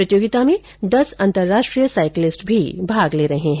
प्रतियोगिता में दस अंतर्राष्ट्रीय साईक्लिस्ट भी भाग ले रहे है